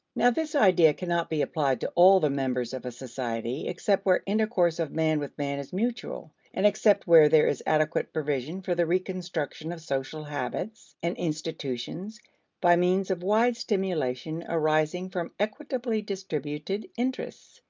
now this idea cannot be applied to all the members of a society except where intercourse of man with man is mutual, and except where there is adequate provision for the reconstruction of social habits and institutions by means of wide stimulation arising from equitably distributed interests.